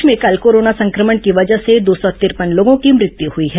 प्रदेश में कल कोरोना संक्रमण की वजह से दो सौ तिरपन लोगों की मृत्यू हई है